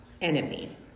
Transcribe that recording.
enemy